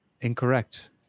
Incorrect